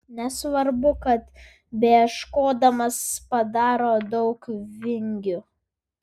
nesvarbu kad beieškodamas padaro daug vingių